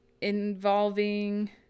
involving